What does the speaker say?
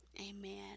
Amen